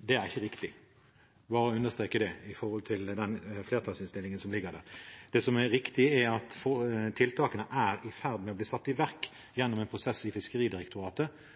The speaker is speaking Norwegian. Det er ikke riktig. Jeg vil bare understreke det med tanke på den flertallsinnstillingen som ligger her. Det som er riktig, er at tiltakene er i ferd med å bli satt i verk gjennom en prosess i Fiskeridirektoratet,